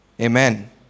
Amen